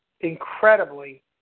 incredibly